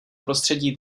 prostředí